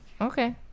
okay